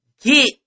get